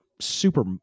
super